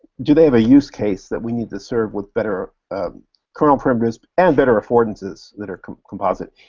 do they have a use case that we need to serve with better kernel primitives and better affordances that are composite?